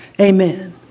Amen